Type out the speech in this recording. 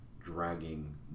dragging